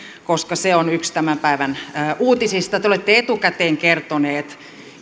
koska se on yksi tämän päivän uutisista te olette etukäteen kertoneet